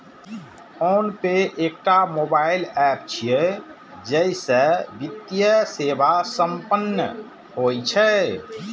PhonePe एकटा mobile app छियै, जइसे वित्तीय सेवा संपन्न होइ छै